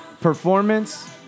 performance